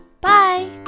Bye